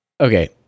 Okay